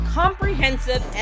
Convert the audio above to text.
comprehensive